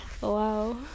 Wow